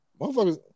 Motherfuckers